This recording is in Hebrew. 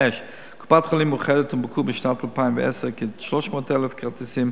בקופת-חולים "מאוחדת" הונפקו בשנת 2010 כ-300,000 כרטיסים.